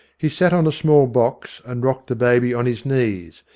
he sat on a small box, and rocked the baby on his knees,